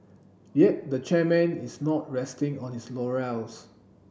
yet the chairman is not resting on his laurels